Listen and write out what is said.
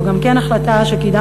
זו גם כן החלטה שקידמתי,